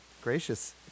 gracious